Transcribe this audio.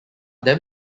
them